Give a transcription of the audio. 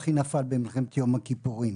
אחי נפל במלחמת יום הכיפורים.